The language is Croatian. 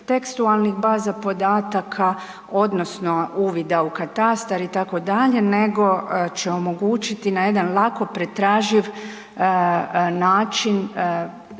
tekstualnih baza podataka odnosno uvida u katastar itd., nego će omogućiti na jedan lako pretraživ način